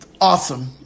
awesome